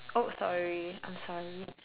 oh sorry I'm sorry